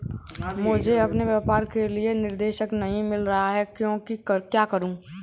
मुझे अपने व्यापार के लिए निदेशक नहीं मिल रहा है मैं क्या करूं?